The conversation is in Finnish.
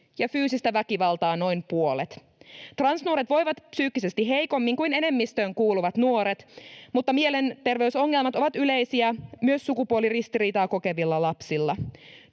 ja fyysistä väkivaltaa noin puolet. Transnuoret voivat psyykkisesti heikommin kuin enemmistöön kuuluvat nuoret, mutta mielenterveysongelmat ovat yleisiä myös sukupuoliristiriitaa kokevilla lapsilla.